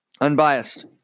Unbiased